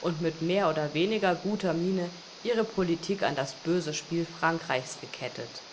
und mit mehr oder weniger guter miene ihre politik an das böse spiel frankreichs gekettet